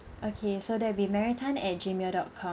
okay so that'll be mary tan at Gmail dot com